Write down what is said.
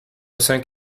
cinq